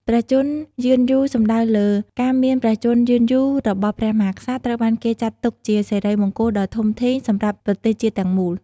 ព្រះជន្មយឺនយូរសំដៅលើ ការមានព្រះជន្មយឺនយូររបស់ព្រះមហាក្សត្រ ត្រូវបានគេចាត់ទុកជាសិរីមង្គលដ៏ធំធេងសម្រាប់ប្រទេសជាតិទាំងមូល។